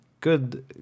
good